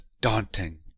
daunting